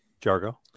Jargo